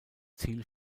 ziel